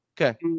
okay